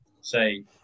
say